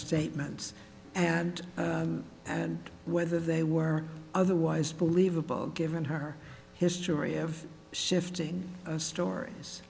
statements and and whether they were otherwise believable given her history of shifting stories